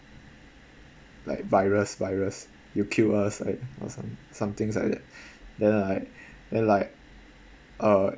like virus virus you kill us like some some things like that then like then like uh